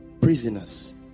prisoners